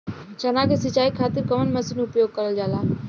चना के सिंचाई खाती कवन मसीन उपयोग करल जाला?